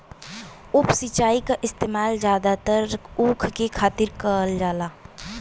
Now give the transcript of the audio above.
उप सिंचाई क इस्तेमाल जादातर ऊख के खातिर करल जाला